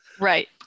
Right